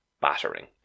battering